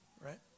Right